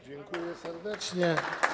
Dziękuję serdecznie.